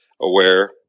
aware